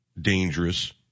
dangerous